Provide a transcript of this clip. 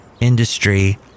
industry